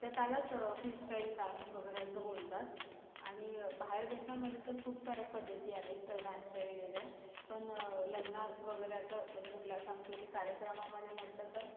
तर त्यालाच free style dance वगैरे असं बोलतात आणि बाहेर देशामध्ये तर खूप साऱ्या पद्धती आहेत तर डान्सच्या वेगवेगळ्या पण लग्नात वगैरे असं म्हणजे कुठल्या सांस्कृतिक कार्यक्रमामध्ये म्हटलं तर